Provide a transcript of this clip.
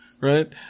Right